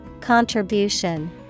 Contribution